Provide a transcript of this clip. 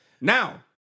Now